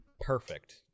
perfect